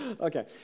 Okay